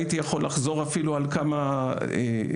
הייתי יכול לחזור אפילו על כמה דוגמאות.